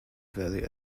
valley